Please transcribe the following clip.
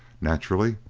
naturally,